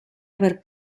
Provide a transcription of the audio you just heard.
haber